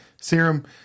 serum